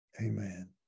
amen